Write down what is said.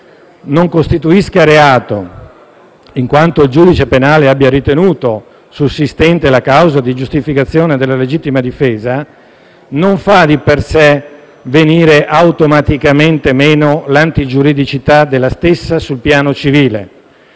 non costituisca reato, in quanto il giudice penale abbia ritenuto sussistente la causa di giustificazione della legittima difesa, non fa di per sé venire automaticamente meno l'antigiuridicità della stessa sul piano civile,